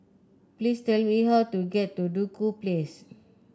please tell me how to get to Duku Place